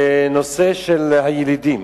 בנושא של הילידים.